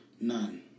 None